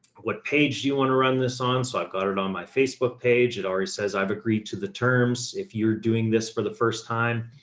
what page do you want to run this on? so i've got it on my facebook page. it already says, i've agreed to the terms. if you're doing this for the first time,